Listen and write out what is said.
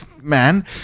man